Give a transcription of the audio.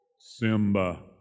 Simba